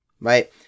right